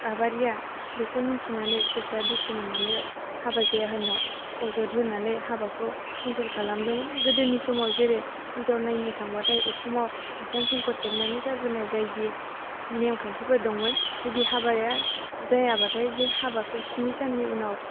आबारिया बेखौ मोनथिनानै गोसोआ दुखु मोन्नानै हाबा जाया होन्ना अजद होनानै हाबाखौ केनसेल खालामदोंमोन गोदोनि समाव जेरै हिनजाव नायनो थांबाथाय उखुमाव आसान संख' थेबनानै गारबोनाय बायदि नेमखान्थिफोर दंमोन जुदि हाबाया जायाबाथाय बे हाबाखौ स्नि साननि उनाव